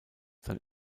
sein